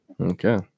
Okay